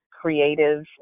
creative